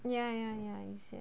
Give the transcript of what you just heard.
ya ya ya you said